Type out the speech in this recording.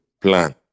plan